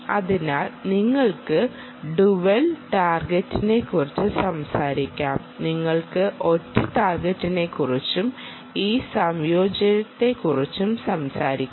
അതിനാൽ നിങ്ങൾക്ക് ഡ്യുവൽ ടാർഗെറ്റിനെക്കുറിച്ച് സംസാരിക്കാം നിങ്ങൾക്ക് ഒറ്റ ടാർഗെറ്റിനെക്കുറിച്ചും ഈ സംയോജനത്തെക്കുറിച്ചും സംസാരിക്കാം